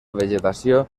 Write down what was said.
vegetació